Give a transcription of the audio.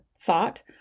thought